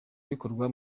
bikorwa